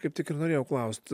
kaip tik ir norėjau klaust